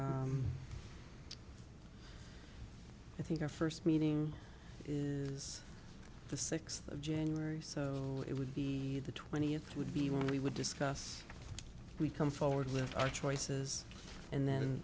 so i think our first meeting is the sixth of january so it would be the twentieth would be when we would discuss we come forward with our choices and then